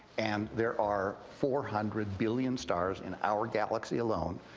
and there are four hundred billion stars in our galaxy alone.